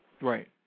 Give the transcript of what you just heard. Right